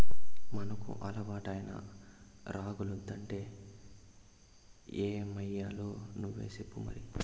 మనకు అలవాటైన రాగులొద్దంటే ఏమయ్యాలో నువ్వే సెప్పు మరి